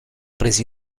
presa